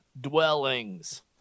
dwellings